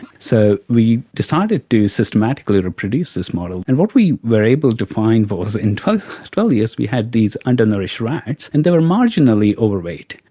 so we decided to systematically reproduce this model, and what we were able to find was in twelve twelve years we had these undernourished rats and they were marginally overweight.